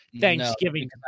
Thanksgiving